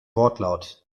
wortlaut